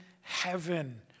heaven